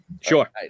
Sure